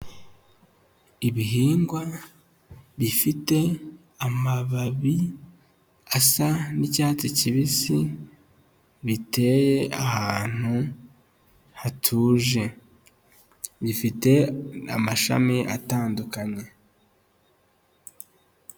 Ibihingwa bifite amababi asa n'icyatsi kibisi biteye ahantu hatuje, bifite amashami atandukanye.